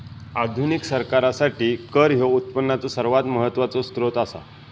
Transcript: आधुनिक सरकारासाठी कर ह्यो उत्पनाचो सर्वात महत्वाचो सोत्र असा